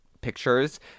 pictures